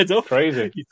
crazy